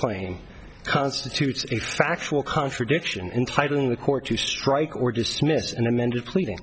claim constitutes a factual contradiction in titling the court to strike were dismissed and amended pleading